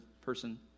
person